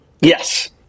Yes